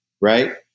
right